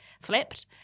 flipped